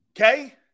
Okay